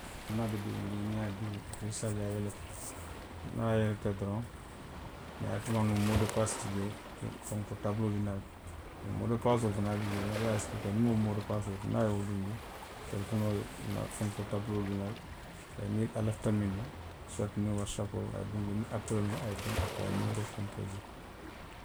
Niŋ nŋ a diki i se a je a yeleta. Niŋ a yeleta doroŋ. tumoo doo moo do paasi ti jee, fonkoo, tabuloolu ye naanaŋ. niw moo do paasoo fanaalu bi jee i ye a esipilikee. niŋ wo moo do paasoo, niŋ a ye wo dunndi, telefonoo ye fenkoo, tabuloolu ye naa, i ye i ňinikaa i lafita miŋ na, suwati nna watisappoo a ye duŋ jeen, niŋ apeeloo loŋ a ye duŋ, aperee a ye niimeeroo konpoosee